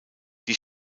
die